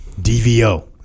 DVO